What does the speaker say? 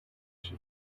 she